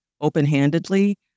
open-handedly